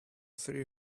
three